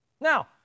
Now